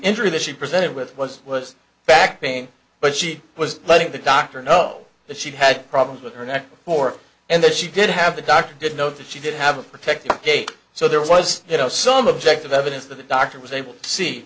injury that she presented with was was back pain but she was letting the doctor know that she had problems with her neck more and that she did have the doctor did note that she did have a protective gait so there was you know some objective evidence that the doctor was able to see